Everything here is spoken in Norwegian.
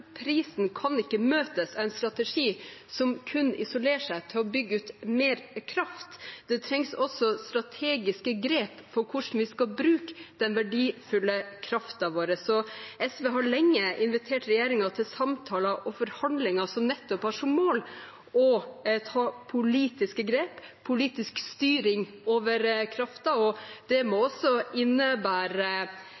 kan ikke møtes av en strategi som isolerer seg til å bygge ut mer kraft. Det trengs også strategiske grep for hvordan vi skal bruke den verdifulle kraften vår. SV har lenge invitert regjeringen til samtaler og forhandlinger som nettopp har som mål å ta politiske grep og politisk styring over kraften. Det må